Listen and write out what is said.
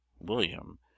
william